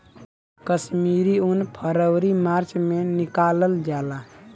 कश्मीरी उन फरवरी मार्च में निकालल जाला